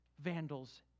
vandals